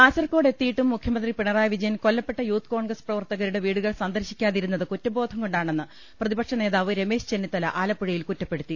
കാസർകോടെത്തിയിട്ടും മുഖൃമന്ത്രി പിണറായി വിജയൻ കൊല്ലപ്പെട്ട യൂത്ത് കോൺഗ്രസ് പ്രവർത്തകരുടെ വീടുകൾ സന്ദർശിക്കാതിരുന്നത് കുറ്റബോധം കൊണ്ടാണെന്ന് പ്രതിപക്ഷ നേതാവ് രമേശ് ചെന്നിത്തല ആലപ്പുഴയിൽ കുറ്റപ്പെടുത്തി